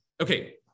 Okay